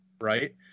right